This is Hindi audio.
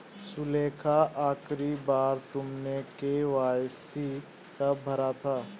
सुलेखा, आखिरी बार तुमने के.वाई.सी कब भरा था?